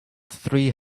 three